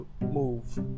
move